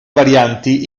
varianti